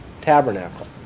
tabernacle